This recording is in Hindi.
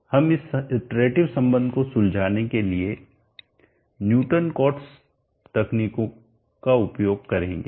हम इस इटरेटिव संबंध को सुलझाने के लिए न्यूटन कोट्स तकनीकों का उपयोग करेंगे